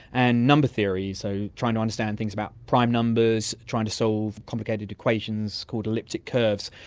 and number theory, so trying to understand things about prime numbers, trying to solve complicated equations called elliptic curves.